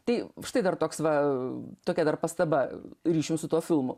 tai štai dar toks va tokia pastaba ryšium su tuo filmu